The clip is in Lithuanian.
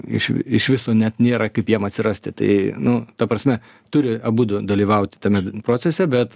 iš v iš viso net nėra kaip jam atsirasti tai nu ta prasme turi abudu dalyvaut tame procese bet